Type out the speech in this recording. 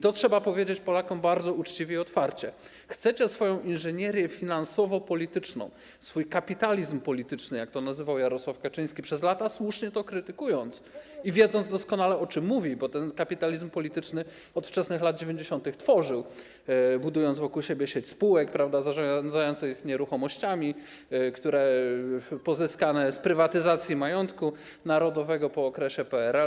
To trzeba powiedzieć Polakom bardzo uczciwie i otwarcie: chcecie swoją inżynierię finansowo-polityczną, swój kapitalizm polityczny, jak to nazywał Jarosław Kaczyński, przez lata słusznie to krytykując i wiedząc doskonale, o czym mówi, bo ten kapitalizm polityczny od wczesnych lat 90. tworzył, budując wokół siebie sieć spółek zarządzających nieruchomościami, które pozyskane z prywatyzacji majątku narodowego po okresie PRL.